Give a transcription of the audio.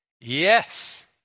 Yes